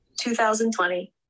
2020